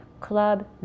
Club